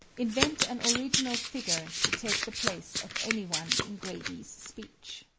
invent an original figure to take the place of any one in grady's speech.